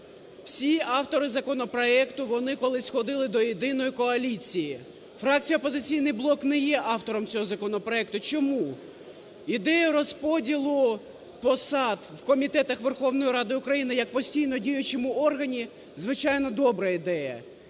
Всі автори законопроекту вони колись входили до єдиної коаліції. Фракція "Опозиційний блок" не є автором цього законопроекту. Чому? Йде розподіл посад в комітетах Верховної Ради України як постійно діючому органі, звичайно добра ідея.